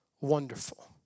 Wonderful